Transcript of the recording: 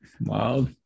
Wow